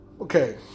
Okay